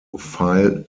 file